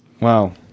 Wow